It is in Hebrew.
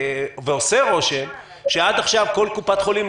עושה רושם שעד עכשיו כל קופת חולים,